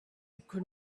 could